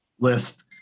list